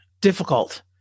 difficult